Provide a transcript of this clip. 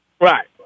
Right